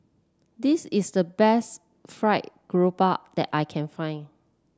this is the best Fried Garoupa that I can find